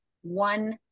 One